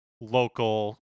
Local